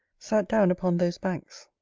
sat down upon those banks,